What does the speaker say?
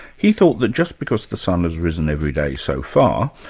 he thought that just because the sun has risen every day so far,